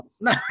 No